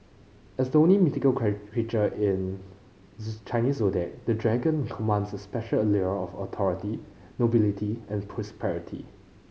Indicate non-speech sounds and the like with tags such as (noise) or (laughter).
as the only mythical creature in (unintelligible) Chinese Zodiac the Dragon commands a special allure of authority nobility and prosperity